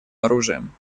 оружием